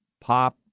pop